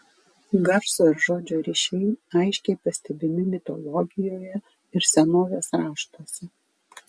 garso ir žodžio ryšiai aiškiai pastebimi mitologijoje ir senovės raštuose